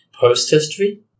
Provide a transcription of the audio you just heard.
Post-history